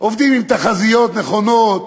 עובדים עם תחזיות נכונות,